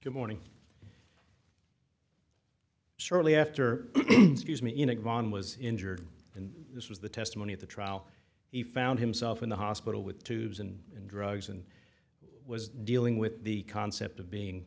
good morning shortly after me in a van was injured and this was the testimony at the trial he found himself in the hospital with tubes and drugs and was dealing with the concept of being